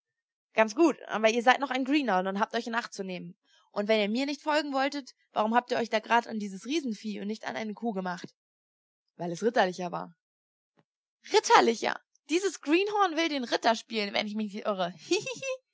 ganz gut aber ihr seid noch ein greenhorn und habt euch in acht zu nehmen und wenn ihr mir nicht folgen wolltet warum habt ihr euch da grad an dieses riesenvieh und nicht an eine kuh gemacht weil es ritterlicher war ritterlicher dieses greenhorn will den ritter spielen wenn ich mich nicht irre